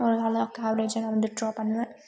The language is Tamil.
ஒரு அளவுக்கு ஆவ்ரேஜ்ஜாக நான் வந்து ட்ரா பண்ணுவேன்